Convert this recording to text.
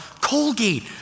colgate